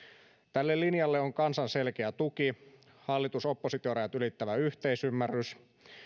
tälle linjalle on kansan selkeä tuki hallitus oppositio rajat ylittävä yhteisymmärrys